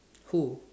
who